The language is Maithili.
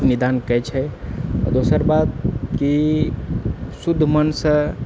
निदान करै छै दोसर बात कि शुद्ध मोनसँ